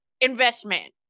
investment